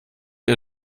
ihr